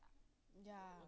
ya